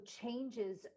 changes